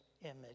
image